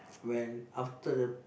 when after the